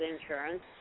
insurance